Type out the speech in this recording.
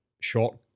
short